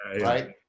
right